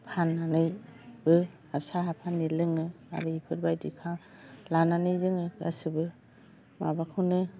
फाननानैबो आरो साहा फानि लोङो बेफोरबायदि लानानै जोङो गासैबो माबाखौनो